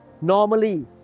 normally